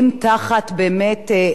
איזה ועד רציני,